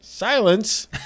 Silence